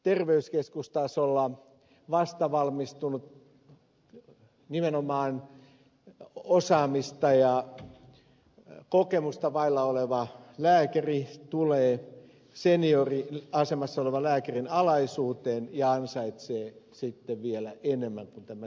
terveyskeskustasolla vastavalmistunut nimenomaan osaamista ja kokemusta vailla oleva lääkäri tulee senioriasemassa olevan lääkärin alaisuuteen ja ansaitsee sitten vielä enemmän kuin tämä seniori